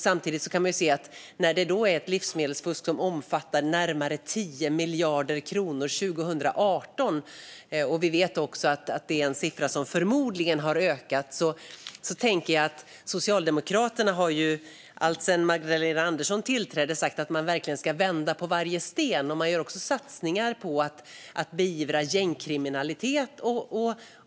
Samtidigt kan man se att livsmedelsfusket omfattade närmare 10 miljarder kronor 2018, och vi vet att det är en siffra som förmodligen har ökat. Socialdemokraterna har alltsedan Magdalena Andersson tillträdde sagt att man verkligen ska vända på varje sten, och man gör också satsningar på att beivra gängkriminalitet.